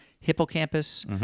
Hippocampus